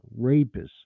rapists